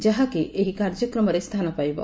ଯାହାକି ଏହି କାର୍ଯ୍ୟକ୍ରମରେ ସ୍ଚାନ ପାଇବ